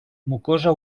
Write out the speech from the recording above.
mucosa